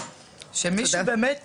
שמישהו באמת